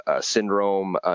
syndrome